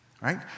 right